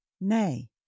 Nay